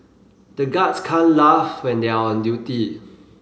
the guards can't laugh when they are on duty